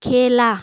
খেলা